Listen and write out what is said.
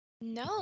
No